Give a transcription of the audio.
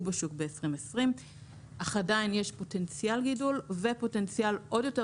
בשוק ב-2020 אך עדין יש פוטנציאל גידול ופוטנציאל עוד יותר